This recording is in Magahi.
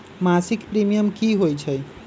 मासिक प्रीमियम की होई छई?